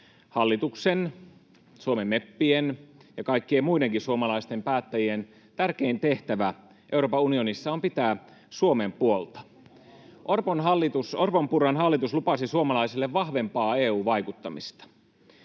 hallituksen, Suomen meppien ja kaikkien muidenkin suomalaisten päättäjien tärkein tehtävä Euroopan unionissa on pitää Suomen puolta. Orpon—Purran hallitus lupasi suomalaisille vahvempaa EU-vaikuttamista.